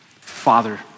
Father